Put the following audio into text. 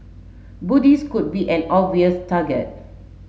Buddhist could be an obvious target